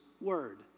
word